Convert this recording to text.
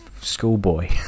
schoolboy